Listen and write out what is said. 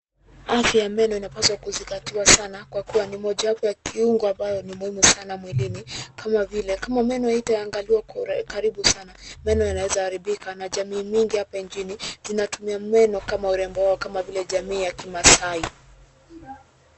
Afya ya meno inapaswa kuzingatiwa sana kwa kuwa ni mojawapo ya kiungo ambayo ni muhimu sana mwilini kama vile, kama meno haitaangaliwa kwa ukaribu sana, meno yanaweza haribika, na jamii mingi hapa nchini zinatumia meno kama urembo wao kama vile jamii ya Kimaasai.